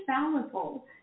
valuable